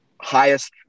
highest –